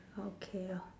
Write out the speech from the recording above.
okay ah